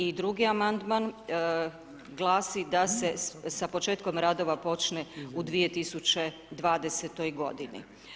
I drugi amandman glasi da se sa početkom radova počne u 2020. godini.